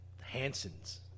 Hansons